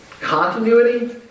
continuity